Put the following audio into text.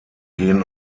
gehen